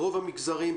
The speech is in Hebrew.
ברוב המגזרים,